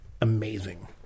amazing